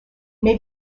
may